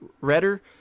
Redder